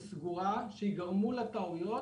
סגורה, שייגרמו בה טעויות